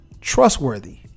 trustworthy